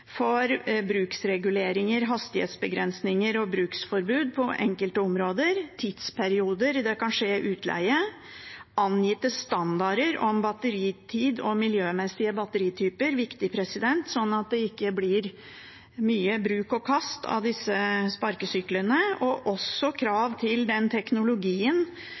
for bruksreguleringer, hastighetsbegrensninger og bruksforbud på enkelte områder, tidsperioder det kan skje utleie, angitte standarder om batteritid og miljømessige batterityper – det er viktig, sånn at det ikke blir mye bruk og kast av disse sparkesyklene – og også krav til den teknologien